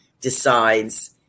decides